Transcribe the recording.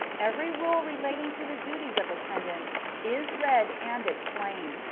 every rule relating to the duties of attendants is read and explained,